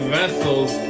vessels